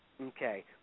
Okay